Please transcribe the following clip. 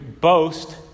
boast